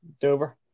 Dover